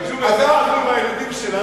מאברהם אבינו.